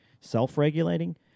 self-regulating